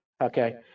okay